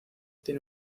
tiene